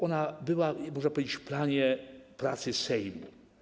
Ona była, można powiedzieć, w planie Sejmu.